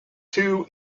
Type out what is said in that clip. two